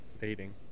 dating